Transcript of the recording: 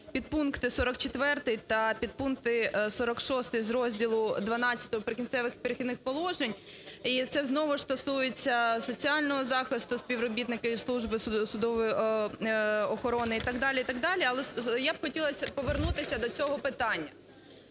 підпункти 46 з розділу ХІІ "Прикінцевих і перехідних положень", і це знову стосується соціального захисту співробітників служби судової охорони і так далі, і так далі. Але я б хотіла повернутися до цього питання.